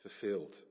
fulfilled